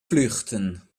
flüchten